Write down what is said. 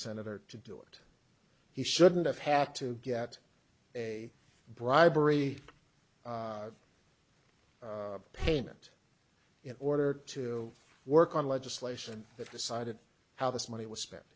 senator to do it he shouldn't have had to get a bribery payment in order to work on legislation that decided how this money was spent